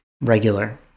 regular